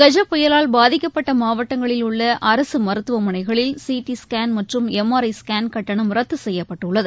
கஜ புயலால் பாதிக்கப்பட்ட மாவட்டங்களில் உள்ள அரசு மருத்துவமனைகளில் சி டி ஸ்கேன் மற்றும் எம் ஆர் ஐ ஸ்கேன் கட்டணம் ரத்து செய்யப்பட்டுள்ளது